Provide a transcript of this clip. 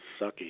sucky